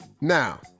Now